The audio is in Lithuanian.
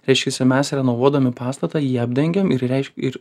reiškiasi mes renovuodami pastatą jį apdengiam ir reiš ir